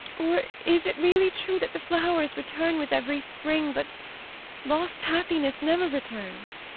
or is it really true that the flowers return with every spring, but lost happiness never returns?